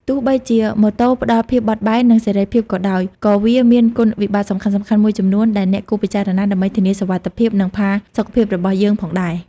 ទោះបីជាម៉ូតូផ្ដល់ភាពបត់បែន និងសេរីភាពក៏ដោយ ក៏វាមានគុណវិបត្តិសំខាន់ៗមួយចំនួនដែលអ្នកគួរពិចារណា ដើម្បីធានាសុវត្ថិភាព និងផាសុកភាពរបស់យើងផងដែរ។